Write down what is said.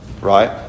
Right